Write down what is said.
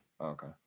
Okay